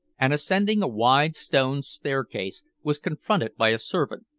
and, ascending a wide stone staircase, was confronted by a servant,